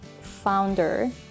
founder